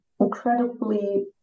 incredibly